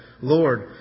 Lord